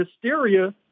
hysteria